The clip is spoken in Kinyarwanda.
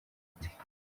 ite